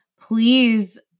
please